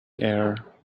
air